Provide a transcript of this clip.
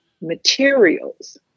materials